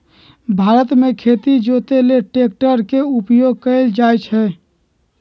भारत मे खेती जोते लेल ट्रैक्टर के उपयोग कएल जाइ छइ